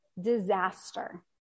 disaster